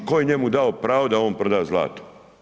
Tko je njemu dao pravo da on prodaje zlato?